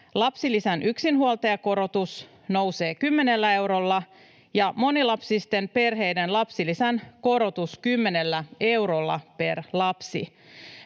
lapsilisän yksinhuoltajakorotus nousee kymmenellä eurolla, ja monilapsisten perheiden lapsilisän korotus nousee kymmenellä eurolla per lapsi.